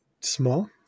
small